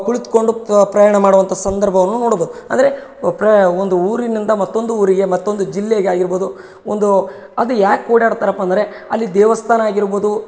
ಕುಳಿತ್ಕೊಂಡು ತ ಪ್ರಯಾಣವನ್ನು ಮಾಡುವಂಥ ಸಂದರ್ಭವನ್ನು ನೋಡ್ಬೋದು ಅಂದರೆ ಒಂದು ಊರಿನಿಂದ ಮತ್ತೊಂದು ಊರಿಗೆ ಮತ್ತೊಂದು ಜಿಲ್ಲೆಗೆ ಆಗಿರ್ಬೋದು ಒಂದು ಅದು ಯಾಕೆ ಓಡ್ಯಾಡ್ತರಪ್ಪ ಅಂದರೆ ಅಲ್ಲಿ ದೇವಸ್ಥಾನ ಆಗಿರ್ಬೋದು